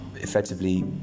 effectively